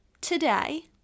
today